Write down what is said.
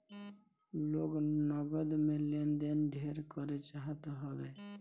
लोग नगद में लेन देन ढेर करे चाहत हवे